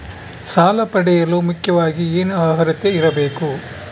ಸಾಲ ಪಡೆಯಲು ಮುಖ್ಯವಾಗಿ ಏನು ಅರ್ಹತೆ ಇರಬೇಕು?